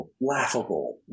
laughable